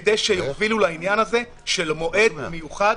כדי שיובילו לעניין הזה של מועד מיוחד